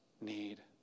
need